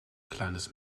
kleines